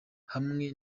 hamwe